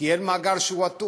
כי אין מאגר שהוא אטום.